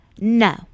No